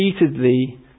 repeatedly